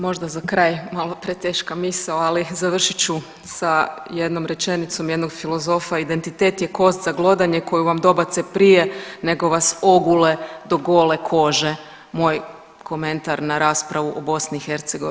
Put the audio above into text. Možda za kraj malo preteška misao, ali završit ću sa jednom rečenicom jednog filozofa „Identitet je kost za glodanje koju vam dobace prije nego vas ogule do gole kože“ moj komentar na raspravu o BiH.